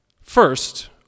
First